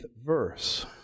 verse